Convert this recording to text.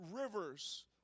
rivers